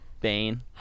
bane